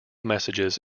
messages